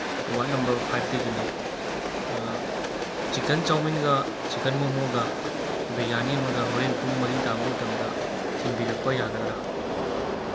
ꯋꯥꯔꯠ number ꯐꯥꯏꯚꯇꯒꯤꯅꯤ chicken ꯆꯧꯃꯤꯟꯒ chicken ꯃꯣꯃꯣꯒ ꯕꯤꯔꯌꯥꯅꯤ ꯑꯃꯒ ꯍꯣꯔꯦꯟ ꯄꯨꯡ ꯃꯔꯤ ꯇꯥꯕ ꯃꯇꯝꯗ ꯊꯤꯟꯕꯤꯔꯛꯄ ꯌꯥꯒꯗ꯭ꯔꯥ